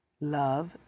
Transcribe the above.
Love